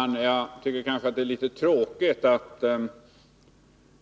Herr talman! Jag tycker att det är litet tråkigt att